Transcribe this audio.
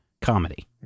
comedy